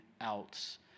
else